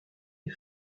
est